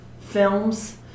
films